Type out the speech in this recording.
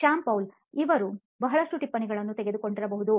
Shyam Pal M ಅವರು ಬಹಳಷ್ಟು ಟಿಪ್ಪಣಿಗಳನ್ನು ತೆಗೆದುಕೊಳ್ಳುತ್ತಿರಬಹುದು